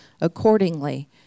accordingly